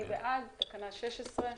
מי בעד תקנה 16?